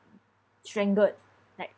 strangled like